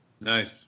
Nice